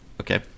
Okay